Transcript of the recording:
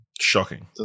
Shocking